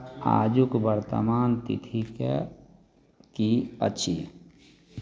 आजुक वर्तमान तिथिके की अछि